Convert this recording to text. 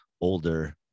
older